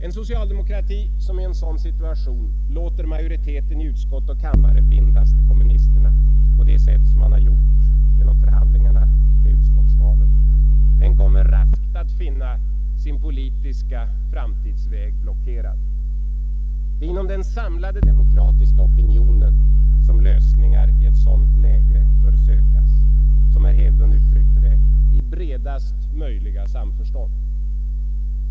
En socialdemokrati som i en sådan situation låter majoriteten i utskott och kammare bindas till kommunisterna på det sätt som man gjort genom förhandlingarna vid utskottsvalen kommer raskt att finna sin politiska framtidsväg blockerad. Det är inom den samlade demokratiska opinionen som lösningar i ett sådant läge bör sökas, som herr Hedlund uttryckte det, ”i bredaste möjliga samförstånd”.